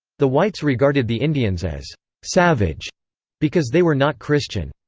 the whites regarded the indians as savage because they were not christian.